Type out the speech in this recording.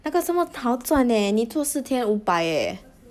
那个这么好赚 eh 你做四天五百 eh